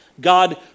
God